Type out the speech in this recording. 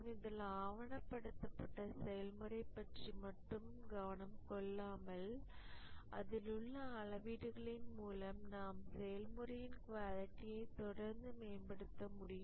இதில் ஆவணப்படுத்தப்பட்ட செயல்முறை பற்றி மட்டும் கவனம் கொள்ளாமல் அதிலுள்ள அளவீடுகளின் மூலம் நாம் செயல்முறையின் குவாலிட்டியை தொடர்ந்து மேம்படுத்த முடியும்